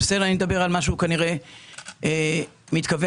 אני אתחיל מהסוף להתחלה